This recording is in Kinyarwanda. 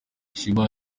sheebah